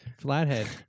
flathead